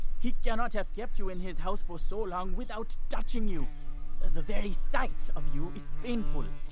he cannot have kept you in his house for so long without touching you the very sight of you is painful.